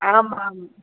आम् आम्